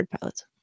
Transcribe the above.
pilots